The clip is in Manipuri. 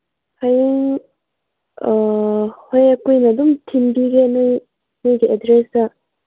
ꯑꯩ ꯍꯣꯏ ꯑꯩꯈꯣꯏꯅ ꯑꯗꯨꯝ ꯊꯤꯟꯕꯤꯒꯦ ꯅꯣꯏ ꯅꯣꯏꯒꯤ ꯑꯦꯗ꯭ꯔꯦꯁꯗ